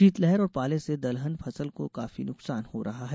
शीत लहर और पाले से दलहन फसल को काफी नुकसान हो रहा है